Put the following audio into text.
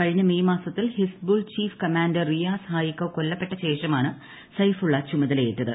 കഴിഞ്ഞ മേയ് മാസത്തിൽ ഹിസ്ബുൾ ചീഫ് കമാൻഡർ റിയാസ് ഹായികോ കൊല്ലപ്പെട്ട ശേഷമാണ് സൈഫുള്ള ചുമതലയേറ്റത്